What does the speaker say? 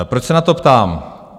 Proč se na to ptám?